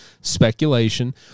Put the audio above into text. speculation